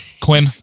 Quinn